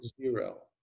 Zero